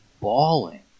bawling